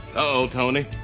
uh-oh, tony,